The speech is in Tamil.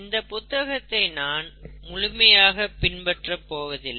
இந்த புத்தகத்தை நான் முழுமையாக பின்பற்றப் போவதில்லை